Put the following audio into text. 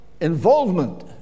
involvement